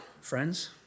friends